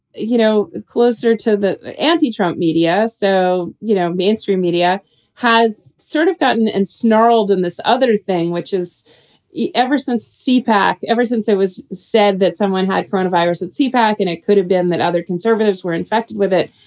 you know, closer to the the anti-trump media. so, you know, mainstream media has sort of gotten and snarled in this other thing, which is ever since cpac. ever since it was said that someone had front of virus and c-pac and it could have been that other conservatives were infected with it.